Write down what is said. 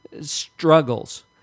struggles